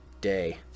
day